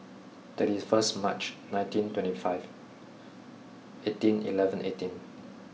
thirties first March nineteen twenty five eighteen eleven eighteen